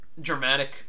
dramatic